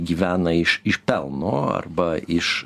gyvena iš iš pelno arba iš